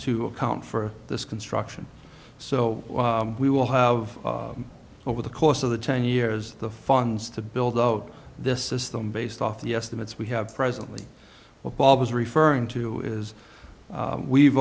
to account for this construction so we will have over the course of the ten years the funds to build out this system based off the estimates we have presently what bob is referring to is we've